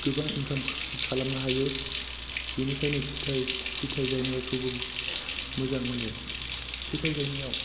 गोबां इनकाम खालामनो हायो बेनिखायनो फिथाय गायनायखौबो मोजां मोनो फिथाय गायनायाव